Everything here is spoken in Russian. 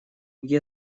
где